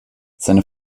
seine